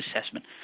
assessment